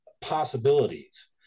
possibilities